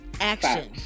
action